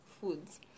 foods